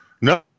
No